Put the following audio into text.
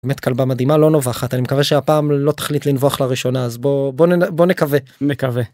באמת כלבה מדהימה לא נובחת אני מקווה שהפעם לא תחליט לנבוח לראשונה אז בוא בוא בוא נקווה נקווה.